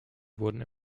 wurden